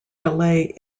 delay